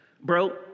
Bro